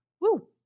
Woo